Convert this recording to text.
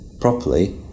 properly